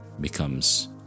becomes